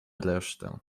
resztę